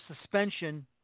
suspension